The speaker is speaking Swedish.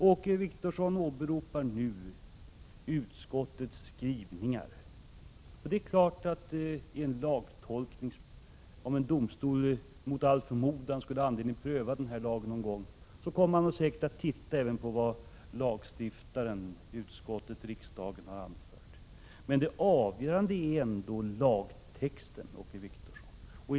Åke Wictorsson åberopar nu utskottets skrivning. Och det klart att man vid en lagtolkning — om en domstol mot all förmodan skulle ha anledning att pröva den här lagen någon gång — kommer att se även till vad lagstiftaren, utskott och riksdag, har anfört. Men det avgörande är ändå lagtexten, Åke Wictorsson.